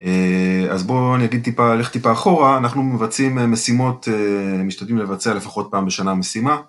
אז בואו נלך טיפה אחורה, אנחנו מבצעים משימות, משתדלים לבצע לפחות פעם בשנה משימה.